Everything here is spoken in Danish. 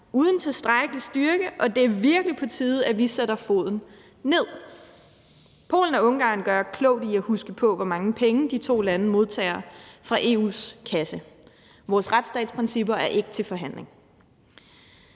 uden tilstrækkelig styrke, og det er virkelig på tide, at vi sætter foden ned. Polen og Ungarn gør klogt i at huske på, hvor mange penge de to lande modtager fra EU's kasse. Vores retsstatsprincipper er ikke til forhandling.